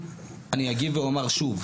אני אגיב ואומר שוב,